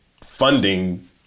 funding